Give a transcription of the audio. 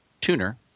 tuner